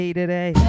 today